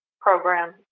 program